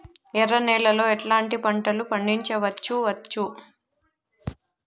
ఎర్ర నేలలో ఎట్లాంటి పంట లు పండించవచ్చు వచ్చు?